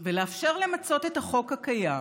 ולאפשר למצות את החוק הקיים